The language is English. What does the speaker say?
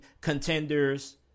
contenders